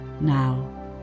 Now